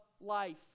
life